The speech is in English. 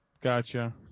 Gotcha